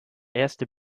erste